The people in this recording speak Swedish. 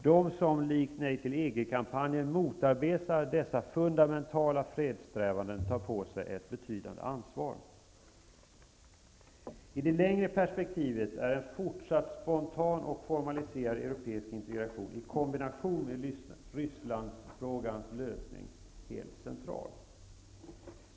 De, som likt nej-till-EG-kampanjen, motarbetar dessa fundamentala fredssträvanden tar på sig ett betydande ansvar. I det längre perspektivet är en fortsatt spontan och formaliserad europeisk integration i kombination med Rysslandsfrågans lösning helt central.